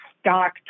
stock